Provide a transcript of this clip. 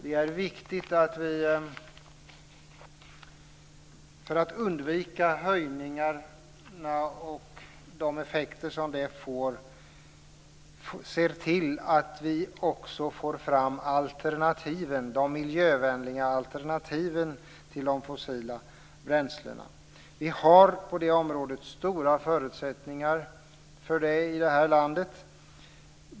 Det är viktigt att vi, för att undvika höjningarna och de effekter de får, ser till att också få fram de miljövänliga alternativen till de fossila bränslena. Vi har stora förutsättningar för det i det här landet.